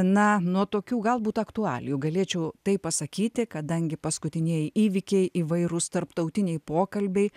na nuo tokių galbūt aktualijų galėčiau taip pasakyti kadangi paskutinieji įvykiai įvairūs tarptautiniai pokalbiai